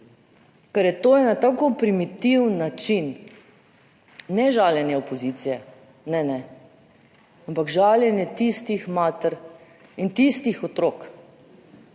ker je to na tako primitiven način, ne žaljenje opozicije, ne, ne, ampak žaljenje tistih mater in tistih otrok